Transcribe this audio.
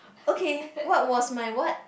okay what was my what